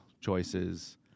choices